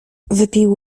wypił